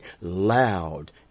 loud